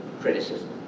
criticism